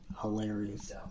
hilarious